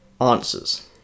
answers